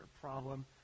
problem